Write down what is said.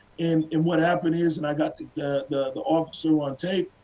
and and what happened is, and i got the got the officer on tape,